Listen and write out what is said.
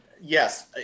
yes